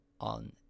on